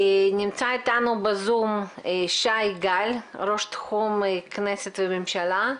נמצא איתנו בזום שי גל, ראש תחום כנסת וממשלה.